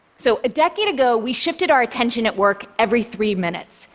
so a decade ago, we shifted our attention at work every three minutes.